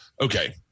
Okay